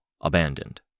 abandoned